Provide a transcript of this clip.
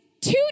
two